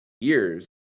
years